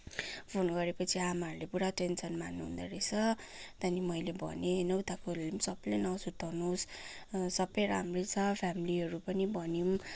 phone गरेपछि आमाहरूले पुरा टेन्सन मान्नु हुँदोरहेछ त्यहाँदेखि मैले भनेँ होइन उताकोहरूले पनि सबलाई नसुर्ताउनुहोस् सबै राम्रै छ फ्यामिलीहरू पनि भन्यौँ